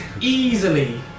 easily